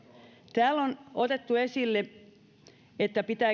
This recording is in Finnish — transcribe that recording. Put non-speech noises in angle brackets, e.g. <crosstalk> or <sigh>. täällä on otettu esille että pitää <unintelligible>